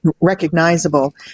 recognizable